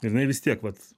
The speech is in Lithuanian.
ir jinai vis tiek vat